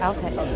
Okay